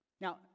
Now